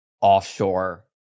offshore